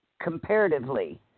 comparatively